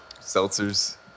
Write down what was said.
Seltzers